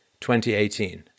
2018